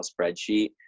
spreadsheet